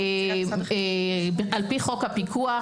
על פי חוק הפיקוח,